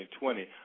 2020